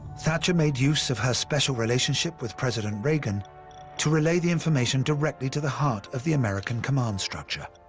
thatcher made use of her special relationship with president reagan to relay the information directly to the heart of the american command structure.